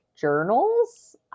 journals